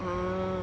ah